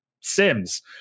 Sims